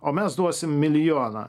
o mes duosim milijoną